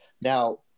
Now